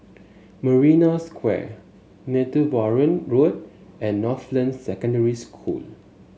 Marina Square Netheravon Road and Northland Secondary School